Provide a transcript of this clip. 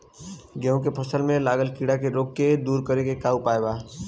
गेहूँ के फसल में लागल कीड़ा के रोग के दूर करे के उपाय का बा?